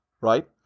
right